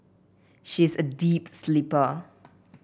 she is a deep sleeper